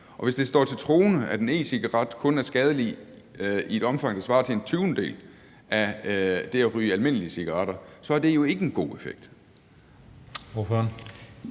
Og hvis det står til troende, at en e-cigaret kun er skadelig i et omfang, der svarer til en tyvendedel af det at ryge almindelige cigaretter, så er det jo ikke en god effekt.